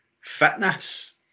fitness